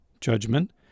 judgment